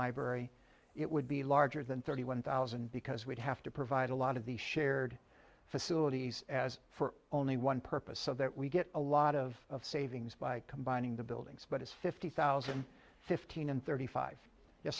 library it would be larger than thirty one thousand because we'd have to provide a lot of the shared facilities as for only one purpose so that we get a lot of savings by combining the buildings but it's fifty thousand and fifteen and thirty five